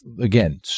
again